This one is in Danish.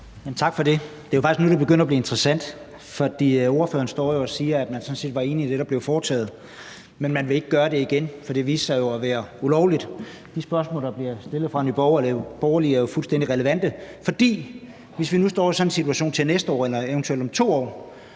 (DF): Tak for det. Det er faktisk nu, det begynder at blive interessant, for ordføreren står jo og siger, at man sådan set var enig i det, der blev foretaget, men man vil ikke gøre det igen, for det viste sig jo at være ulovligt. De spørgsmål, der bliver stillet af Nye Borgerlige, er jo fuldstændig relevante, for hvis vi nu står i en sådan situation til næste år eller eventuelt om 2 år,